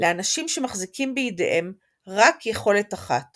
לאנשים שמחזיקים בידיהם רק יכולת אחת